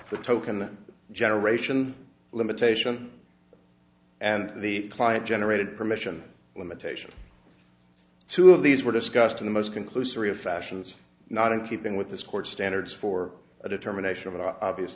the token generation limitation and the client generated permission limitation two of these were discussed in the most conclusory of fashions not in keeping with this core standards for a determination of an obvious